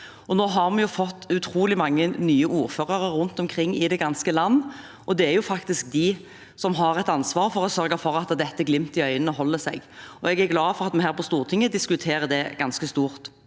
Nå har vi fått utrolig mange nye ordførere rundt omkring i det ganske land, og det er faktisk de som har et ansvar for å sørge for at dette glimtet i øynene holder seg. Jeg er glad for at vi her på Stortinget diskuterer det ganske stort.